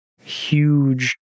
Huge